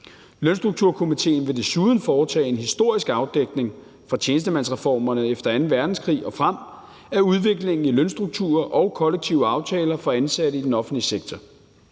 Lønstrukturkomitéen vil desuden foretage en historisk afdækning fra tjenestemandsreformerne efter anden verdenskrig og frem af udviklingen i lønstrukturer og kollektive aftaler for ansatte i den offentlige sektor.